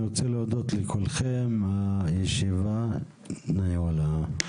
אני רוצה להודות לכולכם, הישיבה נעולה.